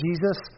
Jesus